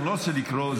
אני לא רוצה לקרוא.